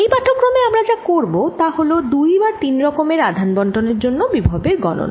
এই পাঠক্রমে আমরা যা করব তা হল দুই বা তিন রকমের আধান বন্টনের জন্য বিভবের গণনা